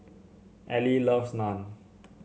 Alie loves Naan